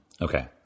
Okay